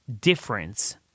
difference